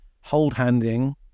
hold-handing